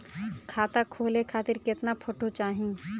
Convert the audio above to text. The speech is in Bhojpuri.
खाता खोले खातिर केतना फोटो चाहीं?